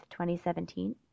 2017